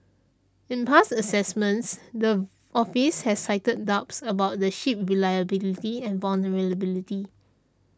in past assessments the office has cited doubts about the ship's reliability and vulnerability